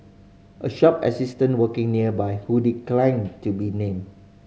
a shop assistant working nearby who declined to be named